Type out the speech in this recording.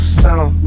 sound